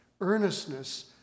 Earnestness